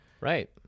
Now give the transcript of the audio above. Right